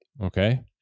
Okay